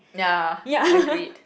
ya agreed